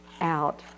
out